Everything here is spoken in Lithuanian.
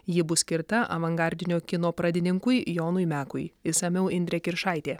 ji bus skirta avangardinio kino pradininkui jonui mekui išsamiau indrė kiršaitė